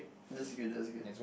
that's okay that's okay